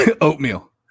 Oatmeal